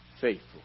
faithful